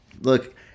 look